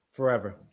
forever